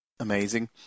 Amazing